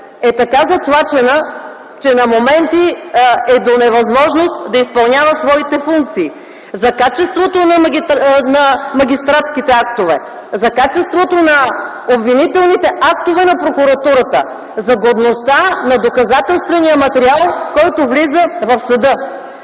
е така затлачена, че на моменти е до невъзможност да изпълнява своите функции. За качеството на магистратските актове, за качеството на обвинителните актове на прокуратурата, за годността на доказателствения материал, който влиза в съда